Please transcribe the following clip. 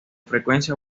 frecuencia